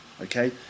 Okay